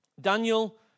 Daniel